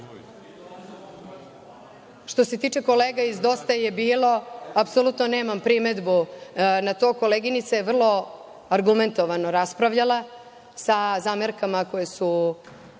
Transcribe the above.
se tiče kolega iz Dosta je bilo, apsolutno nemam primedbu na to. Koleginica je vrlo argumentovano raspravljala, sa zamerkama koje su